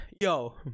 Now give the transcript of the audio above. Yo